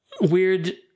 weird